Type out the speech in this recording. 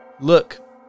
Look